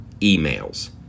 emails